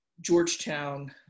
Georgetown